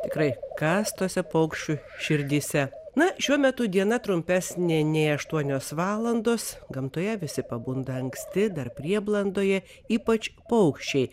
tikrai kas tose paukščių širdyse na šiuo metu diena trumpesnė nei aštuonios valandos gamtoje visi pabunda anksti dar prieblandoje ypač paukščiai